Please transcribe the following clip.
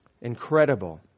Incredible